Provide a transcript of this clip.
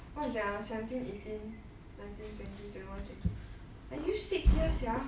what is there are seventeen eighteen nineteen twenty twenty one twenty two I use six years sia